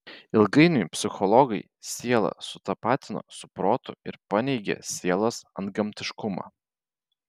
ilgainiui psichologai sielą sutapatino su protu ir paneigė sielos antgamtiškumą